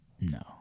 No